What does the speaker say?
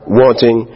wanting